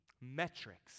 metrics